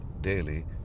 daily